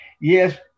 Yes